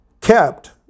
kept